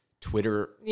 Twitter